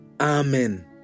Amen